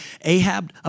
Ahab